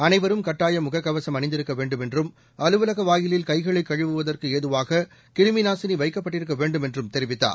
அனைவரும் கட்டாயம் முகக்கவசம் அணிந்திருக்க வேண்டும் என்றும் அலுவலக வாயிலில் கைகளை கழுவுவதற்கு ஏதுவாக கிருமி நாசினி வைக்கப்பட்டிருக்க வேண்டும் என்றும் தெரிவித்தார்